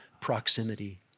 proximity